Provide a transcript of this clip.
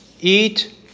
eat